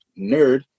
nerd